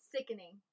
Sickening